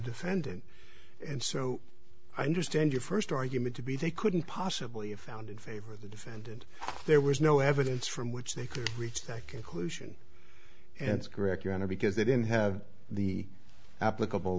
defendant and so i understand your first argument to be they couldn't possibly have found in favor of the defendant there was no evidence from which they could reach that conclusion answer correct your honor because they didn't have the applicable